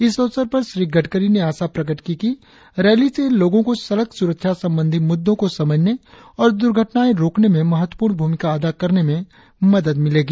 इस अवसर पर श्री गडकरी ने आशा प्रकट की कि रैली से लोगों को सड़क सुरक्षा संबंधी मुद्दों को समझने और दुर्घटनाएं रोकने में महत्वपूर्ण भूमिका अदा करने में मदद मिलेगी